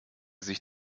sich